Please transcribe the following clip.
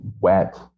wet